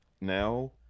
now